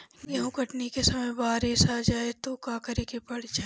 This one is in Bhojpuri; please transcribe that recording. गेहुँ कटनी के समय बारीस आ जाए तो का करे के चाही?